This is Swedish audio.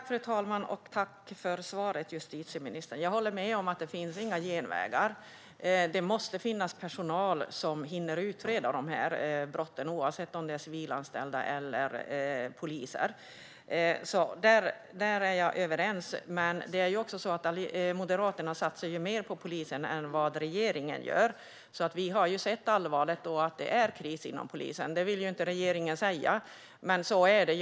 Fru talman! Tack, justitieministern, för svaret! Jag håller med om att det inte finns några genvägar. Det måste finnas personal som hinner utreda dessa brott, oavsett om det är civilanställda eller poliser. Där är vi överens. Men det är ju också så att Moderaterna satsar mer på polisen än vad regeringen gör. Vi har insett allvaret och att det är kris inom polisen. Regeringen vill inte säga det, men så är det.